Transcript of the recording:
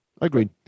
agreed